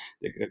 de